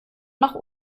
nach